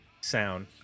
sound